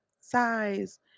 size